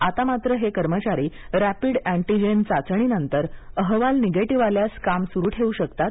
आता मात्र हे कर्मचारी रॅपिड अँटीजेन चाचणीनंतर अहवाल निगेटिव्ह आल्यास काम सुरू ठेवू शकतात